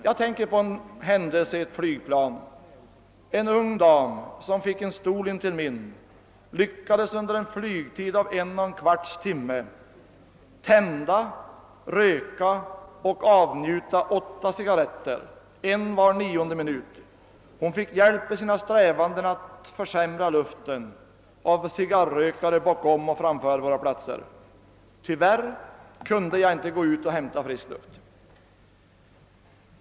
Jag erinrar mig en händelse i ett flygplan, där en ung dam, som fick en stol intill min, under en flygtid av en och en kvarts timme lyckades tända, röka och avnjuta åtta cigarretter — en var nionde minut. Hon fick hjälp i sina strävanden att försämra luften av cigarrökare bakom och framför våra platser. — Tyvärr kunde jag inte gå ut och hämta frisk luft.